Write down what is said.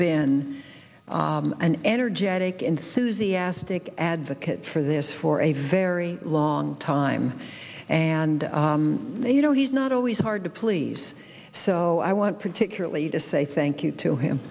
been an energetic and susie asked dick advocate for this for a very long time and you know he's not always hard to please so i want particularly to say thank you to him